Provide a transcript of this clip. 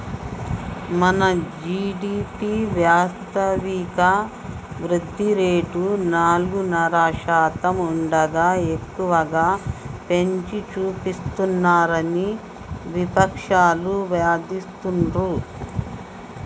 మన జీ.డి.పి వాస్తవిక వృద్ధి రేటు నాలుగున్నర శాతం ఉండగా ఎక్కువగా పెంచి చూపిస్తున్నారని విపక్షాలు వాదిస్తుండ్రు